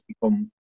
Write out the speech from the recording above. become